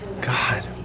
God